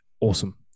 awesome